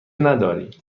نداری